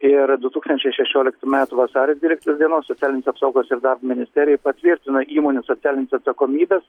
ir du tūkstančiai šešioliktų metų vasario dvyliktos dienos socialinės apsaugos ir darbo ministerijai patvirtino įmonių socialinės atsakomybės